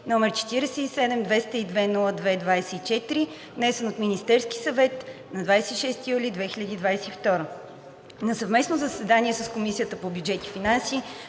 № 47-202-02-24, внесен от Министерския съвет на 26 юли 2022 г. На съвместно заседание с Комисията по бюджет и финанси,